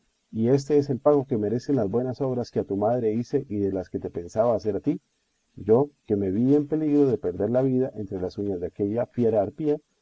y es éste el pago que merecen las buenas obras que a tu madre hice y de las que te pensaba hacer a ti yo que me vi en peligro de perder la vida entre las uñas de aquella fiera arpía